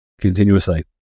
Continuously